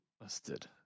Mustard